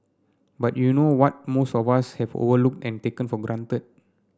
but you know what most of us have overlooked and taken for granted